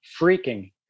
freaking